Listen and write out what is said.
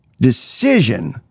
decision